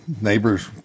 neighbors